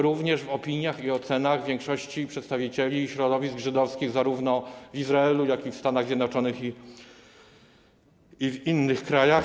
Również w opiniach i ocenach większości przedstawicieli środowisk żydowskich zarówno w Izraelu, jak i w Stanach Zjednoczonych i w innych krajach.